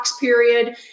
period